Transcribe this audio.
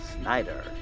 Snyder